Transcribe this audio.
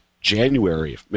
January